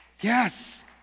Yes